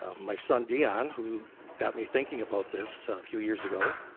um my son dion, who got me thinking about this a few years ago.